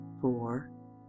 four